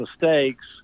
mistakes